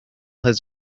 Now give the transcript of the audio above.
his